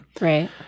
Right